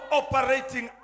operating